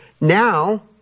Now